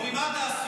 או: ממה אתה עשוי?